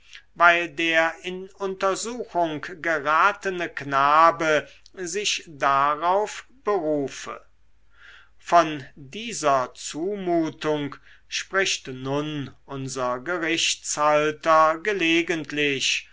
weil der in untersuchung geratene knabe sich darauf berufe von dieser zumutung spricht nun unser gerichtshalter gelegentlich